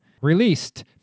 Released